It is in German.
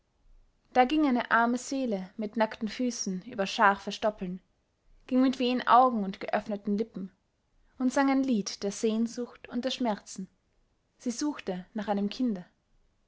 da ging eine arme seele mit nackten füßen über scharfe stoppeln ging mit wehen augen und geöffneten lippen und sang ein lied der sehnsucht und der schmerzen sie suchte nach einem kinde